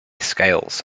scales